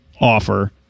offer